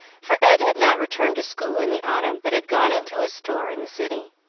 for ed had not returned to school in the autumn, but had gone into a store in the city.